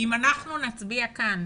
אם אנחנו נצביע כאן